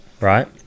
right